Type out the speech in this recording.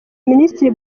minisitiri